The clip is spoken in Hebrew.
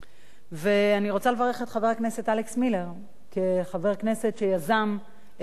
ואני רוצה לברך את חבר הכנסת אלכס מילר כחבר כנסת שיזם את החקיקה